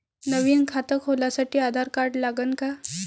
नवीन खात खोलासाठी आधार कार्ड लागन का?